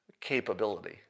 capability